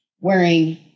wearing